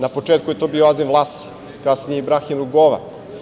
Na početku je to bio Azem Vlasi, kasnije Ibrahim Rugova.